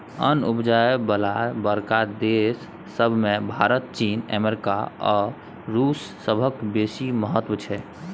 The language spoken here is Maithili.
अन्न उपजाबय बला बड़का देस सब मे भारत, चीन, अमेरिका आ रूस सभक बेसी महत्व छै